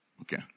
Okay